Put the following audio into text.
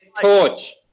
torch